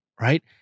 right